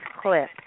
clip